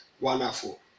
wonderful